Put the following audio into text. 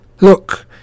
look